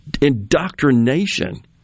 indoctrination